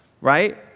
right